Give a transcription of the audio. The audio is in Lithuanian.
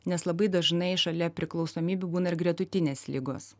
nes labai dažnai šalia priklausomybių būna ir gretutinės ligos